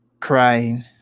crying